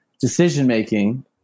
decision-making